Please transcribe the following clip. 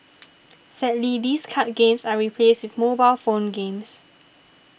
sadly these card games are replaced mobile phone games